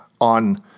on